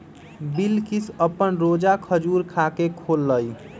बिलकिश अप्पन रोजा खजूर खा के खोललई